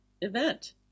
event